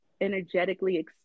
energetically